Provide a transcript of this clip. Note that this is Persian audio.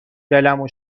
دلمو